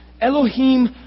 Elohim